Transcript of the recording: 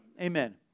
Amen